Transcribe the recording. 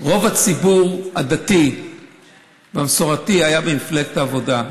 רוב הציבור הדתי והמסורתי היה במפלגת העבודה,